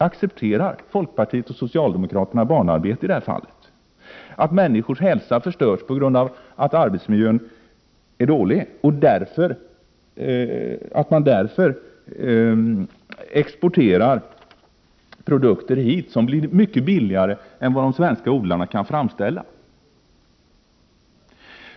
Accepterar folkpartiet och socialdemokraterna barnarbete i detta fall, att människors hälsa förstörs på grund av att arbetsmiljön är dålig och att länder därför exporterar produkter hit som blir mycket billigare än de svenska odlarnas produkter?